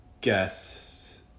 guess